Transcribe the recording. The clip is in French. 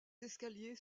escaliers